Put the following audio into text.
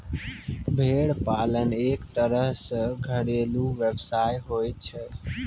भेड़ पालन एक तरह सॅ घरेलू व्यवसाय होय छै